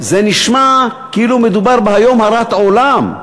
זה נשמע כאילו מדובר ב"היום הרת עולם".